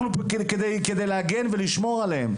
אנחנו כדי להגן ולשמור עליהם.